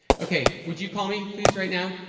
ok. would you call me please right now?